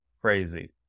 Crazy